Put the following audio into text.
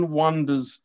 wonders